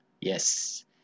Yes